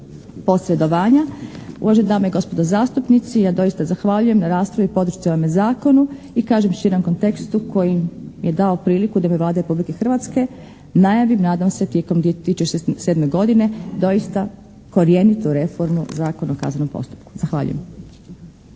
posredovanja. Uvažene dame i gospodo zastupnici ja doista zahvaljujem na raspravi i podršci ovome zakonu i kažem u širem kontekstu koji mi je dao priliku da u ime Vlade Republike Hrvatske najavim nadam se tijekom 2007. godine doista korjenitu reformu Zakona o kaznenom postupku. Zahvaljujem.